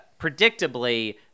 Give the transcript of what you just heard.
Predictably